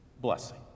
Blessing